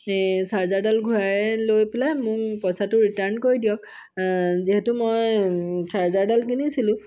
চাৰ্জাৰডাল ঘূৰাই লৈ পেলাই মোৰ পইচাটো ৰিটাৰ্ণ কৰি দিয়ক যিহেতু মই চাৰ্জাৰডাল কিনিছিলো